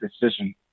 decision